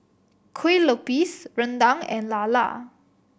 Kueh Lupis rendang and lala